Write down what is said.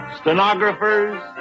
Stenographers